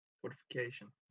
fortification